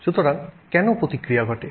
সুতরাং কেন প্রতিক্রিয়া ঘটে